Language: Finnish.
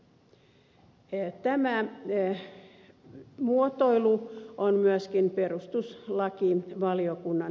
tämä muotoilu on myöskin perustuslakivaliokunnan hyväksymä